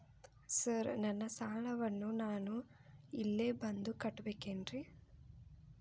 Sir ನನ್ನ ಸಾಲವನ್ನು ನಾನು ಇಲ್ಲೇ ಬಂದು ಕಟ್ಟಬೇಕೇನ್ರಿ?